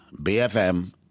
BFM